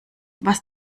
was